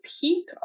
peak